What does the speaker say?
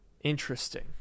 Interesting